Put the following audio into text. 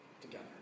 together